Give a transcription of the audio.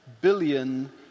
billion